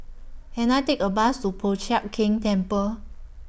Can I Take A Bus to Po Chiak Keng Temple